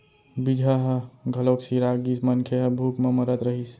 बीजहा ह घलोक सिरा गिस, मनखे ह भूख म मरत रहिस